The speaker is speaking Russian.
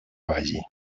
азии